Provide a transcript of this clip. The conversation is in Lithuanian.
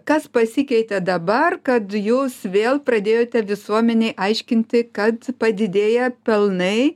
kas pasikeitė dabar kad jūs vėl pradėjote visuomenei aiškinti kad padidėję pelnai